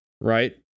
Right